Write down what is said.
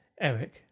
Eric